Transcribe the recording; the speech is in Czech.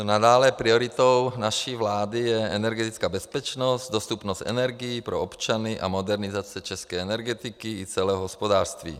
Nadále prioritou naší vlády je energetická bezpečnost, dostupnost energií pro občany a modernizace české energetiky i celého hospodářství.